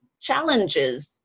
challenges